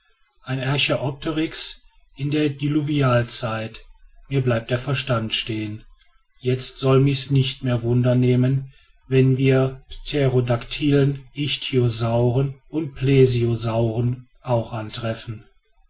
einen archäopterix in der diluvialzeit mir bleibt der verstand steh'n jetzt soll mich's nicht mehr wunder nehmen wenn wir pterodaktylen ichthyosauren und plesiosauren auch antreffen